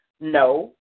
no